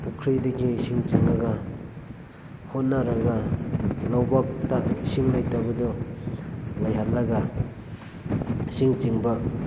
ꯄꯨꯈ꯭ꯔꯤꯗꯒꯤ ꯏꯁꯤꯡ ꯆꯤꯡꯉꯒ ꯍꯣꯠꯅꯔꯒ ꯂꯧꯕꯨꯛꯇ ꯏꯁꯤꯡ ꯂꯩꯇꯕꯗꯣ ꯂꯩꯍꯜꯂꯒ ꯏꯁꯤꯡ ꯆꯤꯡꯕ